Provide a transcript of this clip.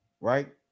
right